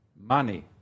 Money